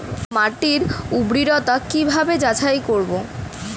মাটির উর্বরতা কি ভাবে যাচাই করব?